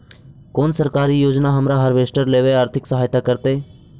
कोन सरकारी योजना हमरा हार्वेस्टर लेवे आर्थिक सहायता करतै?